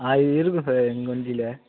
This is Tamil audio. அது இருக்கும் சார் எங்கள் வண்டியில்